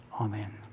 amen